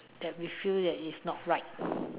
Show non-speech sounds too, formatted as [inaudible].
that we feel that is not right [breath]